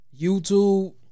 YouTube